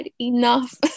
enough